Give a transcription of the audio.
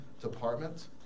department